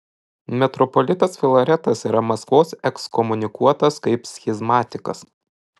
metropolitas filaretas yra maskvos ekskomunikuotas kaip schizmatikas